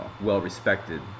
well-respected